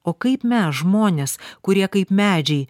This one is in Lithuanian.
o kaip mes žmonės kurie kaip medžiai